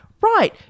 right